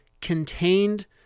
contained